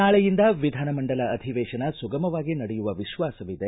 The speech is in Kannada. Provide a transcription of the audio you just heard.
ನಾಳೆಯಿಂದ ವಿಧಾನಮಂಡಲ ಅಧಿವೇಶನ ಸುಗಮವಾಗಿ ನಡೆಯುವ ವಿಶ್ವಾಸವಿದೆ